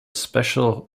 special